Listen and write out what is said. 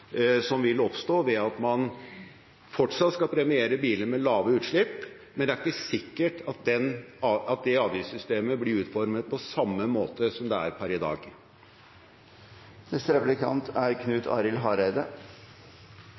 som vil oppstå ved at man fortsatt skal premiere biler med lave utslipp, men det er ikke sikkert at det avgiftssystemet blir utformet på samme måte som i dag.